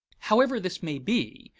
however this may be,